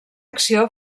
acció